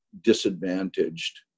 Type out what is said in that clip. disadvantaged